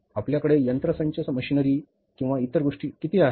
आपल्याकडे यंत्रसंच मशीनरी आणि इतर गोष्टी किती आहेत